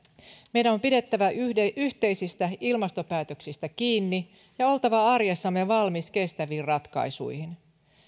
meidän on pidettävä yhteisistä ilmastopäätöksistä kiinni ja oltava arjessamme valmiita kestäviin ratkaisuihin